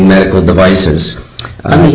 medical devices